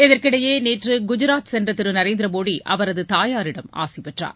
இதற்கிடையே குஐராத் சென்ற திரு நரேந்திர மோடி அவரது தாயாரிடம் ஆசி பெற்றார்